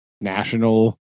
national